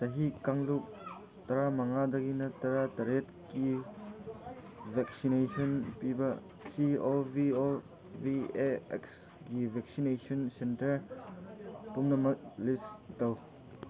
ꯆꯍꯤ ꯀꯥꯡꯂꯨꯞ ꯇꯔꯥ ꯃꯉꯥꯗꯒꯤꯅ ꯇꯔꯥ ꯇꯔꯦꯠꯀꯤ ꯚꯦꯛꯁꯤꯅꯦꯁꯟ ꯄꯤꯕ ꯁꯤ ꯑꯣ ꯚꯤ ꯑꯣ ꯚꯤ ꯑꯦ ꯑꯦꯛꯒꯤ ꯚꯦꯛꯁꯤꯅꯦꯁꯟ ꯁꯦꯟꯇꯔ ꯄꯨꯝꯅꯃꯛ ꯂꯤꯁ ꯇꯧ